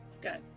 Good